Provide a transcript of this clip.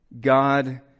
God